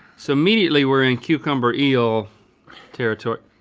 so immediately we're in cucumber eel territory.